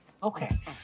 Okay